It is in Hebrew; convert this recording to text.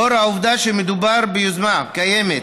לאור העובדה שמדובר ביוזמה קיימת